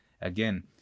Again